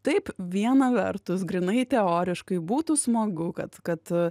taip viena vertus grynai teoriškai būtų smagu kad kad